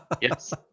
yes